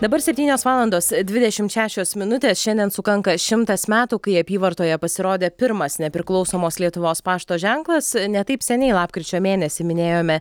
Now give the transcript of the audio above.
dabar septynios valandos dvidešimt šešios minutės šiandien sukanka šimtas metų kai apyvartoje pasirodė pirmas nepriklausomos lietuvos pašto ženklas ne taip seniai lapkričio mėnesį minėjome